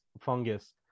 fungus